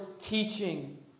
teaching